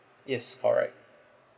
yes correct